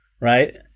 right